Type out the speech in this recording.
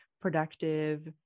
productive